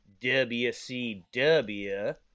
WCW